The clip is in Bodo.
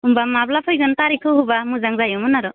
होमब्ला माब्ला फैगोन थारिखखो होब्ला मोजां जायोमोन आरो